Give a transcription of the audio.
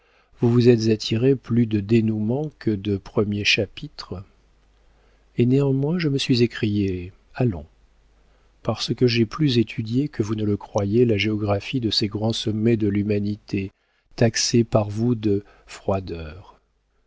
vous vous êtes attiré plus de dénoûments que de premiers chapitres et néanmoins je me suis écriée allons parce que j'ai plus étudié que vous ne le croyez la géographie de ces grands sommets de l'humanité taxés par vous de froideur